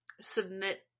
submit